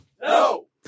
No